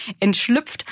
entschlüpft